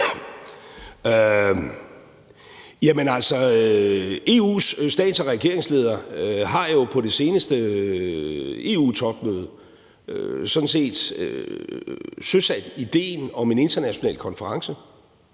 EU's stats- og regeringsledere har jo på det seneste EU-topmøde sådan set søsat idéen om en international konference.